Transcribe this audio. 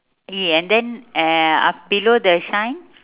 E and then uh ah below the shine